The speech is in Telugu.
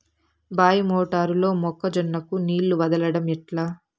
బాయి మోటారు లో మొక్క జొన్నకు నీళ్లు వదలడం ఎట్లా?